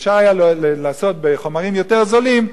היה אפשר לעשות בחומרים יותר זולים,